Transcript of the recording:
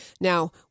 Now